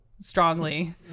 Strongly